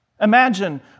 Imagine